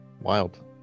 Wild